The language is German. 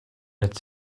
als